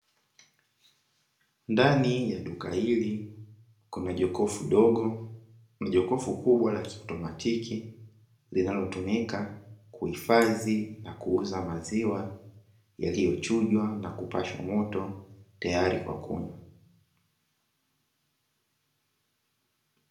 Ndani ya duka hili kuna jokofu dogo na jokofu kubwa la kiautomatiki linalotumika kuhifadhi na kuuza maziwa, yaliyochujwa na kupashwa moto tayari kwa kunywa.